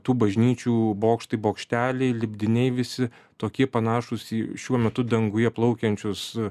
tų bažnyčių bokštai bokšteliai lipdiniai visi tokie panašūs į šiuo metu danguje plaukiančius